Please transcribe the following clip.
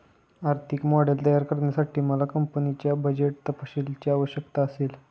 आर्थिक मॉडेल तयार करण्यासाठी मला कंपनीच्या बजेट तपशीलांची आवश्यकता असेल